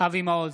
אבי מעוז,